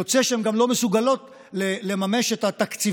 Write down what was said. יוצא שהן גם לא מסוגלות לממש את התקציבים.